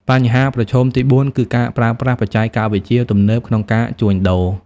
បញ្ហាប្រឈមទីបួនគឺ ការប្រើប្រាស់បច្ចេកវិទ្យាទំនើប ក្នុងការជួញដូរ។